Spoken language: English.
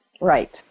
Right